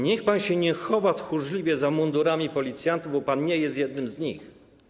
Niech pan się nie chowa tchórzliwie za mundurami policjantów, bo pan nie jest jednym z nich.